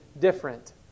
different